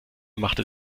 machte